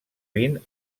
vint